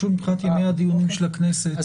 פשוט מבחינת ימי הדיונים של הכנסת,